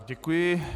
Děkuji.